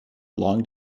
long